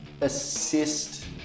assist